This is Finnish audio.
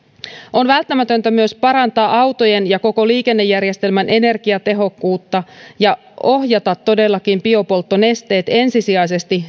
on välttämätöntä myös parantaa autojen ja koko liikennejärjestelmän energiatehokkuutta ja todellakin ohjata biopolttonesteet ensisijaisesti